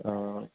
অঁ